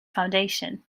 foundation